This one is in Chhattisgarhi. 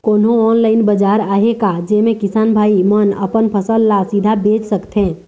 कोन्हो ऑनलाइन बाजार आहे का जेमे किसान भाई मन अपन फसल ला सीधा बेच सकथें?